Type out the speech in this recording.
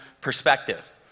perspective